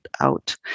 out